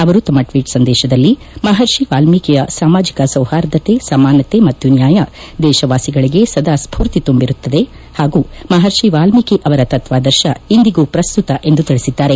ಅವರು ತಮ್ಮ ಟ್ವೀಟ್ ಸಂದೇಶದಲ್ಲಿ ಮಹರ್ಷಿ ವಾಲ್ಮೀಕಿಯ ಸಾಮಾಜಿಕ ಸೌಪಾರ್ದತೆ ಸಮಾನತೆ ಮತ್ತು ನ್ಯಾಯ ದೇಶವಾಸಿಗಳಿಗೆ ಸದಾ ಸ್ಕೂರ್ತಿ ತುಂಬಿರುತ್ತದೆ ಹಾಗೂ ಮಹರ್ಷಿ ವಾಲ್ಮೀಕಿ ಅವರ ತತ್ವಾದರ್ಶ ಇಂದಿಗೂ ಪ್ರಸ್ತುತ ಎಂದು ಸಂದೇಶದಲ್ಲಿ ತಿಳಿಸಿದ್ದಾರೆ